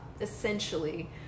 essentially